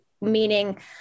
meaning